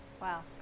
Wow